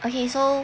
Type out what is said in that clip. okay so